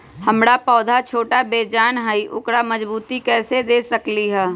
हमर पौधा छोटा बेजान हई उकरा मजबूती कैसे दे सकली ह?